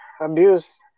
abuse